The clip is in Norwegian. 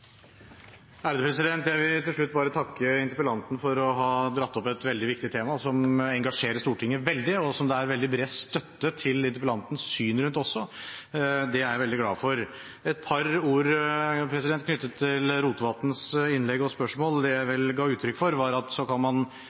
Jeg vil til slutt takke interpellanten for å ha dratt opp et veldig viktig tema som engasjerer Stortinget veldig, og hvor det også er veldig bred støtte til interpellantens syn. Det er jeg veldig glad for. Et par ord knyttet til Rotevatns innlegg og spørsmål. Det jeg vel ga uttrykk for, var at det kan stilles spørsmål ved om man